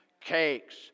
cakes